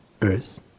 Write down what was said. Earth